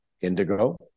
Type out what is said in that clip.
indigo